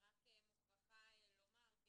יש